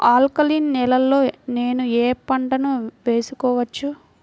Alkaline నేలలో నేనూ ఏ పంటను వేసుకోవచ్చు?